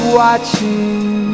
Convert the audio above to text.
watching